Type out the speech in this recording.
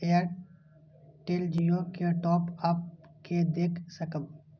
Airtel Jio के top up के देख सकब?